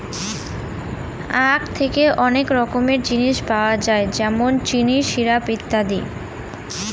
আঁখ থেকে অনেক রকমের জিনিস পাওয়া যায় যেমন চিনি, সিরাপ, ইত্যাদি